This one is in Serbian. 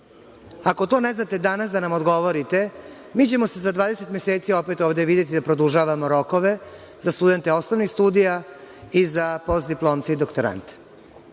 Ako to ne znate danas da nam odgovorite, mi ćemo se za 20 meseci opet ovde videti da produžavamo rokove za studente osnovnih studija i za postdiplomce i doktorante. Šta